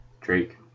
Drake